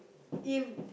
if